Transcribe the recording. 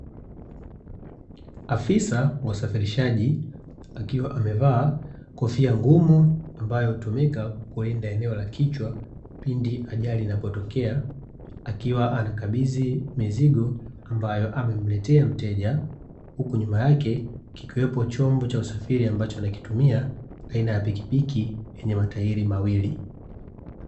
Afisa wa usafirishaji, akiwa amevaa kofia ngumu ambayo hutumika kulinda eneo la kichwa pindi ajali inapotokea, akiwa anakabidhi mizigo ambayo amemletea mteja. Huku nyuma yake kikiwepo chombo cha usafiri ambacho anakitumia aina ya pikipiki yenye matairi mawili.